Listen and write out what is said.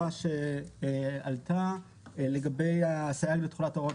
הצבעה סעיף 85(55)